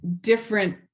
different